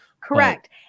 Correct